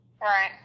Right